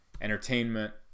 entertainment